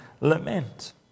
lament